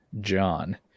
John